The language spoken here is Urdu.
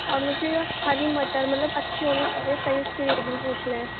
اور مجھے ہری مٹر مطلب اچھی ہونی چاہیے صحیح اُس کے ریٹ بھی پوچھنے ہیں